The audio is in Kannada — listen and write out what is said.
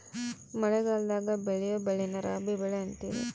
ಮಳಗಲದಾಗ ಬೆಳಿಯೊ ಬೆಳೆನ ರಾಬಿ ಬೆಳೆ ಅಂತಿವಿ